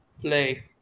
play